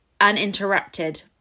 uninterrupted